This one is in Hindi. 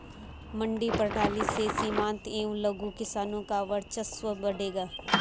मंडी प्रणाली से सीमांत एवं लघु किसानों का वर्चस्व बढ़ेगा